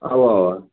اوا اوا